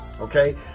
okay